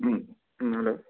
hmm hmm hello